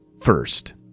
first